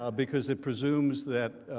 ah because it presumes that,